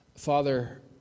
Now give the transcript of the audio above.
Father